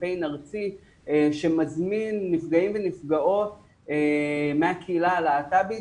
קמפיין ארצי שמזמין נפגעים ונפגעות מהקהילה הלהט"בית